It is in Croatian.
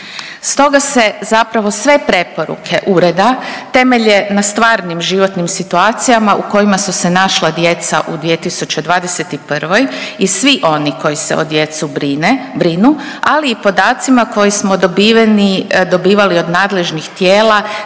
Stoga se zapravo sve preporuke ureda temelje na stvarnim životnim situacijama u kojima su se našla djeca u 2021. i svi oni koji se o djeci brine, brinu, ali i podacima koji smo dobiveni, dobivali od nadležnih tijela,